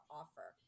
offer